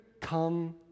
come